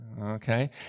Okay